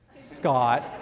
Scott